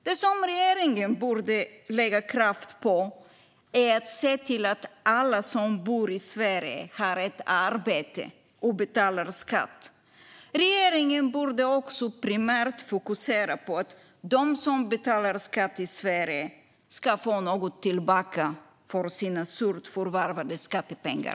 Det regeringen borde lägga kraft på är att se till att alla som bor i Sverige har ett arbete och betalar skatt. Regeringen borde också primärt fokusera på att de som betalar skatt i Sverige ska få något tillbaka för sina surt förvärvade skattepengar.